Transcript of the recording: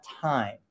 time